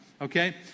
okay